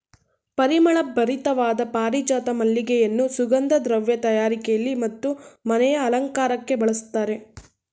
ಪರಿಮಳ ಭರಿತವಾದ ಪಾರಿಜಾತ ಮಲ್ಲಿಗೆಯನ್ನು ಸುಗಂಧ ದ್ರವ್ಯ ತಯಾರಿಕೆಯಲ್ಲಿ ಮತ್ತು ಮನೆಯ ಅಲಂಕಾರಕ್ಕೆ ಬಳಸ್ತರೆ